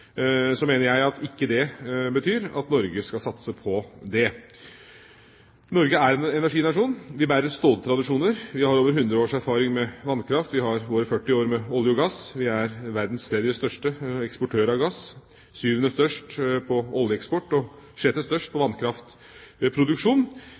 Så mener jeg at ikke det betyr at Norge skal satse på det. Norge er en energinasjon. Vi bærer stolte tradisjoner. Vi har over 100 års erfaring med vannkraft, vi har over 40 års erfaring med olje og gass. Vi er verdens tredje eksportør av gass, syvende størst på oljeeksport og sjette størst på